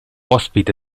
ospite